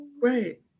right